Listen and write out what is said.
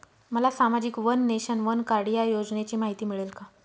मला सामाजिक one nation, one card या योजनेची माहिती मिळेल का?